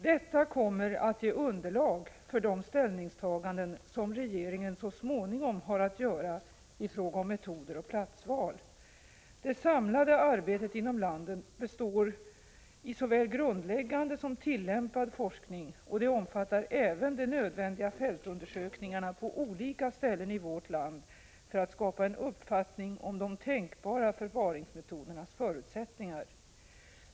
Detta kommer att ge underlag för de ställningstaganden som regeringen så småningom har att göra i fråga om metoder och platsval. Det samlade arbetet inom landet består i såväl grundläggande som tillämpad forskning, och det omfattar även de nödvändiga fältundersökningarna på olika ställen i vårt land för att skapa en uppfattning om de tänkbara förvaringsmetodernas förutsättningar.